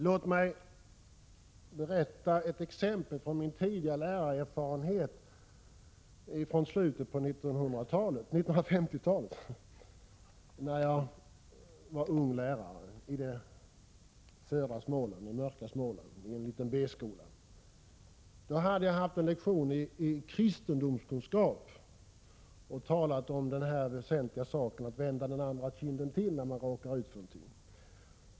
Låt mig berätta ett exempel från början av min tid som lärare i slutet av 1950-talet, då jag var ung lärare i mörka Småland, i en liten B-skola. Då hade jag haft en lektion i kristendomskunskap och talat om det väsentliga i att vända den andra kinden till, om man råkar ut för någonting.